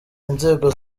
inzego